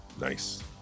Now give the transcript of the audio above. Nice